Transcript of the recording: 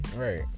Right